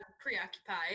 preoccupied